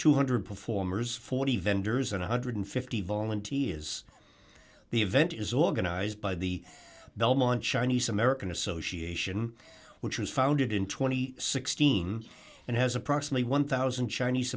two hundred performers forty vendors and a one hundred and fifty volunteers as the event is organized by the belmont chinese american association which was founded in two thousand and sixteen and has approximately one thousand chinese